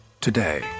today